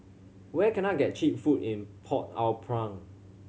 where can I get cheap food in Port Au Prince